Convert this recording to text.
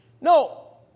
No